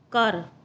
ਘਰ